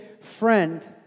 Friend